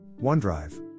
OneDrive